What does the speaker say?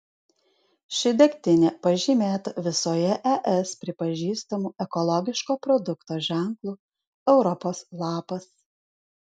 ši degtinė pažymėta visoje es pripažįstamu ekologiško produkto ženklu europos lapas